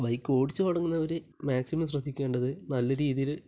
bike ഓടിച്ചു തുടങ്ങുന്നവർ maximum ശ്രദ്ധിക്കേണ്ടത് നല്ല രീതിയില്